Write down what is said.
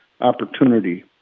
opportunity